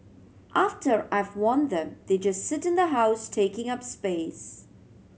after I've worn them they just sit in the house taking up space